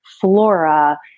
flora